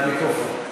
מהמיקרופון.